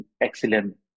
excellent